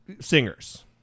singers